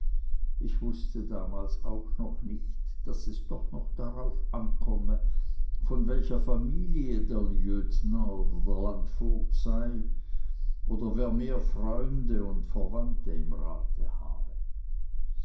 ich wußte damals auch noch nicht daß es doch noch darauf ankomme von welcher familie der lieutenant oder der landvogt sei oder wer mehr freunde oder verwandte im rat hatte